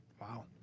Wow